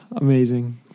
Amazing